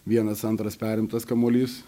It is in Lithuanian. vienas antras perimtas kamuolys